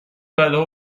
بلاها